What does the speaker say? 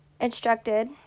instructed